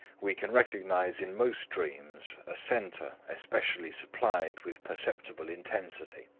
we can recognize in most dreams a center especially supplied with perceptible intensity.